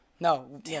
No